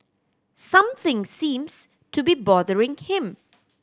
something seems to be bothering him